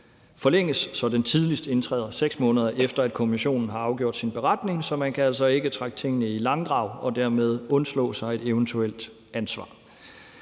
forlænges, så den tidligst indtræder 6 måneder efter, at kommissionen har afgivet sin beretning, så man kan altså ikke trække tingene i langdrag og dermed undslå sig et eventuelt ansvar.